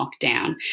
lockdown